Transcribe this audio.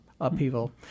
upheaval